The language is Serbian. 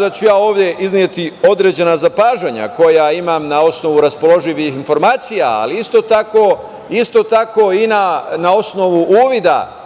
da ću ja ovde izneti određena zapažanja koja imam na osnovu raspoloživih informacija, ali isto tako i na osnovu uvida